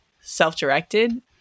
self-directed